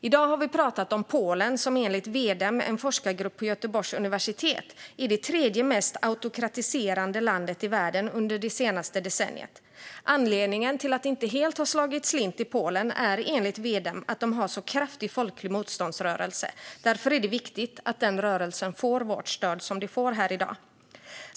I dag har vi pratat om Polen, som enligt V-Dem, en forskargrupp på Göteborgs universitet, är det tredje mest autokratiserade landet i världen under det senaste decenniet. Anledningen till att det inte helt har slagit slint i Polen är enligt V-Dem att de har en så kraftig folklig motståndsrörelse. Därför är det viktigt att den rörelsen får vårt stöd, vilket den får här i dag.